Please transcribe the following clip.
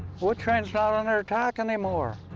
wood train's not under attack anymore.